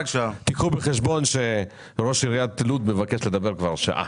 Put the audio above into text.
קחו בחשבון שראש עיריית לוד מבקש לדבר כבר שעה.